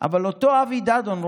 אבל אותו אבי דדון,